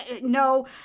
no